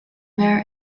bear